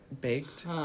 baked